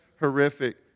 horrific